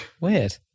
Weird